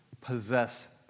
possess